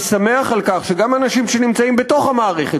אני שמח על כך שגם אנשים שנמצאים בתוך המערכת,